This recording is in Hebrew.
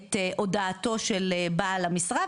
את הודעתו של בעל המשרה,